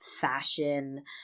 fashion